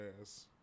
ass